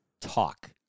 talk